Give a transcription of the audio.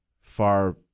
far